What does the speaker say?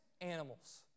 animals